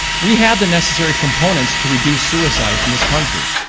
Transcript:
we have the necessary components to reduce suicides in this country.